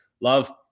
love